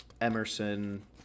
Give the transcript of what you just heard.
Emerson